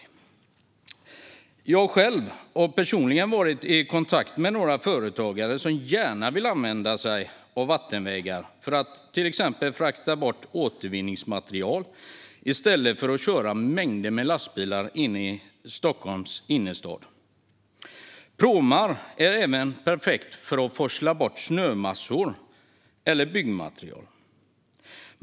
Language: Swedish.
Jag har personligen varit i kontakt med några företagare som gärna vill använda sig av vattenvägar för att till exempel frakta bort återvinningsmaterial i stället för att köra mängder med lastbilar inne i Stockholms innerstad. Pråmar är även perfekt för att forsla bort snömassor eller byggmaterial.